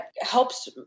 helps